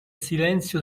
silenzio